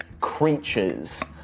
creatures